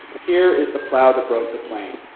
here is the plow that broke the plain,